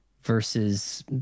versus